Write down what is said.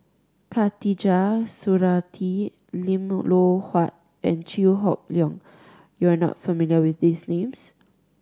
Khatijah Surattee Lim Loh Huat and Chew Hock Leong You are not familiar with these names